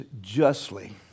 justly